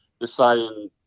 deciding